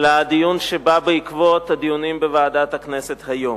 לדיון שבא בעקבות הדיונים בוועדת הכנסת היום.